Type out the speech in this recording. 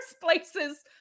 places